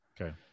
okay